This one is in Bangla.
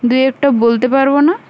দুই একটা বলতে পারবো না